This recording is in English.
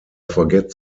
forget